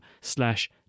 slash